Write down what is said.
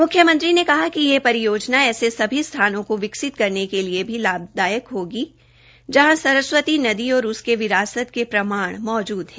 मुख्यमंत्री ने कहा कि यह परियोजना ऐसे सभी स्थानों को विकसित करने के लिए भी लाभदायक होगी जहां सरस्वती नदी और उसकी विरासत के प्रमाण मौजूद है